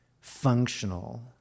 functional